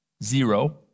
Zero